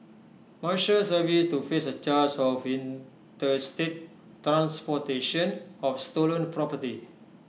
marshals service to face A charge of interstate transportation of stolen property